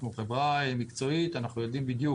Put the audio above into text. אנחנו חברה מקצועית, אנחנו יודעים בדיוק